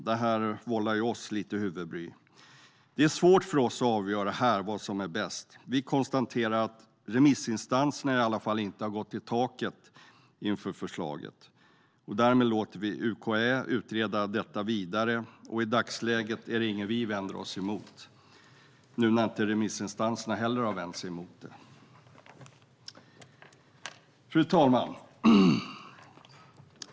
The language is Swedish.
Det vållar oss lite huvudbry. Det är svårt för oss att här och nu avgöra vad som är bäst. Vi konstaterar att remissinstanserna i alla fall inte har gått i taket inför förslaget. Därmed låter vi UKÄ utreda detta vidare. I dagsläget är det inget vi vänder oss emot, då remissinstanserna inte har vänt sig emot det. Fru talman!